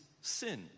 sin